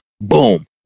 Boom